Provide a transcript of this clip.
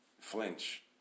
flinch